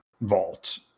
vault